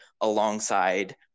alongside